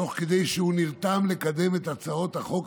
תוך כדי שהוא נרתם לקדם את הצעות החוק